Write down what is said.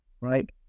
right